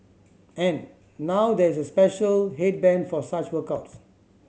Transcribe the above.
and now there is a special headband for such workouts